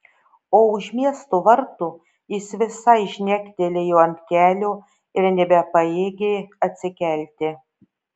o už miesto vartų jis visai žnektelėjo ant kelio ir nebepajėgė atsikelti